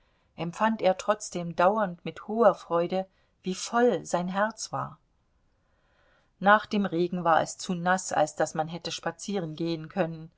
empfand er trotzdem dauernd mit hoher freude wie voll sein herz war nach dem regen war es zu naß als daß man hätte spazierengehen können